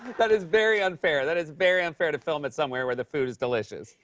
that is very unfair. that is very unfair to film it somewhere where the food is delicious.